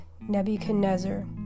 Nebuchadnezzar